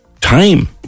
time